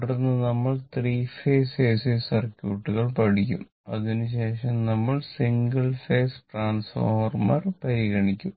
തുടർന്ന് നമ്മൾ three phase AC സർക്യൂട്ടുകൾ പഠിക്കും അതിനുശേഷം നമ്മൾ സിംഗിൾ ഫേസ് ട്രാൻസ്ഫോർമർ പരിഗണിക്കും